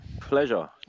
Pleasure